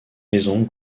maisons